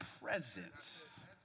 presence